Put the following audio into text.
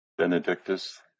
Benedictus